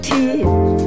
Tears